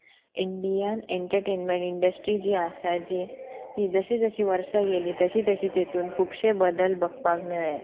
Indian entertainment industry जी आसा जी ती जशी जशीं वर्सां गेली तशी तशी तितून खुबशे बदल बघपाक मेळ्ळे